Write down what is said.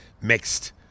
mixed